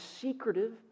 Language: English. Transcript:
secretive